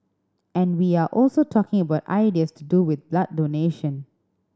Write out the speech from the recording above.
and we are also talking about ideas to do with blood donation